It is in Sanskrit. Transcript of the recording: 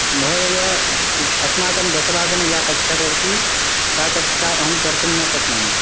महोदय अस्माकं दशवादने या कक्षा भवति सा कक्षा अहं कर्तुं न शक्नोमि